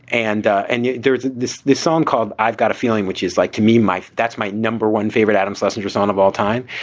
and ah and there yeah there's this this song called i've got a feeling, which is like to me, my that's my number one favorite, adam schlesinger song of all time.